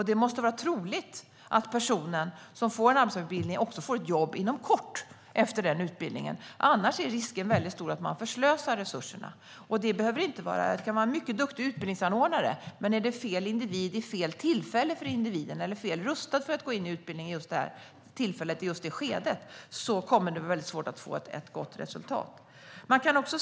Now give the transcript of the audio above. Det måste vara troligt att den person som får en arbetsmarknadsutbildning också får ett jobb inom kort efter utbildningen. Annars är risken stor att man förslösar resurserna. Det kan vara en mycket duktig utbildningsanordnare, men om det är fel individ vid fel tillfälle för individen eller om någon är fel rustad för att gå in i utbildningen i just det skedet kommer det att vara svårt att få ett gott resultat. Jag kommer nu tillbaka till kvalitetsfrågan.